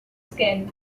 skin